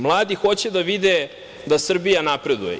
Mladi hoće da vide da Srbija napreduje.